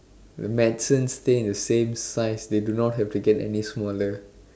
medicine stay in the same size they do not have to get any smaller